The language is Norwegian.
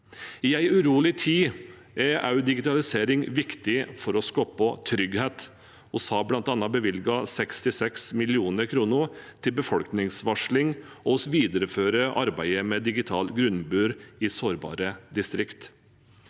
I en urolig tid er digitalisering også viktig for å skape trygghet. Vi har bl.a. bevilget 66 mill. kr til befolkningsvarsling, og vi viderefører arbeidet med digital grunnmur i sårbare distrikt.